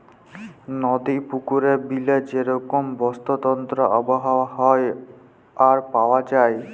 নদি, পুকুরে, বিলে যে রকম বাস্তুতন্ত্র আবহাওয়া হ্যয়ে আর পাওয়া যায়